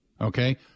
Okay